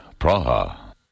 Praha